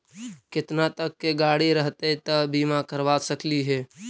केतना तक के गाड़ी रहतै त बिमा करबा सकली हे?